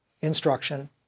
instruction